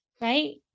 Right